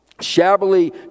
shabbily